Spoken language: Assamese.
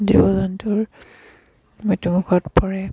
জীৱ জন্তুৰ মৃত্যুমুখত পৰে